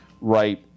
right